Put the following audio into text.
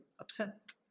upset